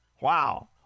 Wow